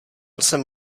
jsem